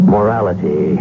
Morality